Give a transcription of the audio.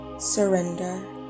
Surrender